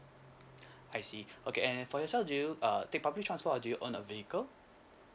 I see okay and for yourself do you err take public transport or do you own a vehicle